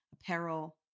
apparel